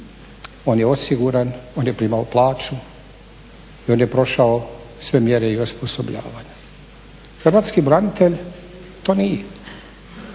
on je osiguran, on je primao plaću i on je prošao sve mjere i osposobljavanja. Hrvatski branitelj to nije.